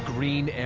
Green